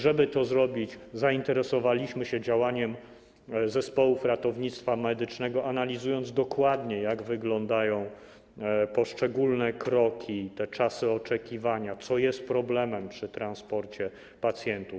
Żeby to zrobić, zainteresowaliśmy się działaniem zespołów ratownictwa medycznego, analizując dokładnie, jak wyglądają poszczególne kroki, czasy oczekiwania, co jest problemem przy transporcie pacjentów.